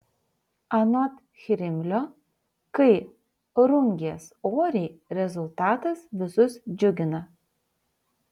anot chrimlio kai rungies oriai rezultatas visus džiugina